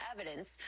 evidence